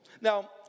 Now